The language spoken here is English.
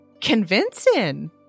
convincing